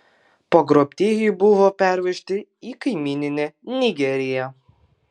pagrobtieji buvo pervežti į kaimyninę nigeriją